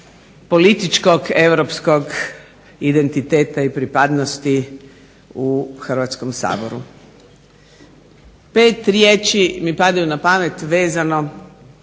političkog europskog identiteta i pripadnosti u Hrvatskom saboru. Pet riječi mi padaju na pamet vezano